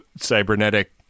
cybernetic